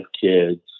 kids